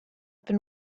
been